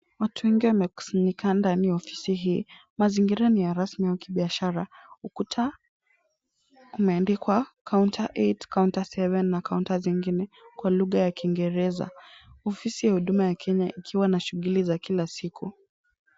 Watu wengi wamekusanyika ndani ya ofisi hii. Mazingira ni ya rasmi au kibiashara. Ukuta umeandikwa counter eight counter seven na kaunta zingine kwa lugha ya kiingereza. Ofisi ya huduma kenya ikiwa shughuli za kila siku